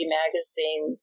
magazine